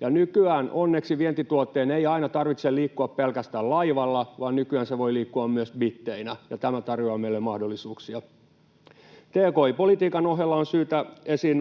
Nykyään onneksi vientituotteen ei aina tarvitse liikkua pelkästään laivalla, vaan nykyään se voi liikkua myös bitteinä, ja tämä tarjoaa meille mahdollisuuksia. Tki-politiikan ohella on syytä nostaa esiin